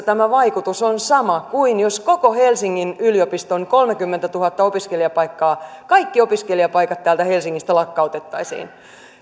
tämä vaikutus on sama kuin jos koko helsingin yliopiston kolmekymmentätuhatta opiskelijapaikkaa kaikki opiskelijapaikat täältä helsingistä lakkautettaisiin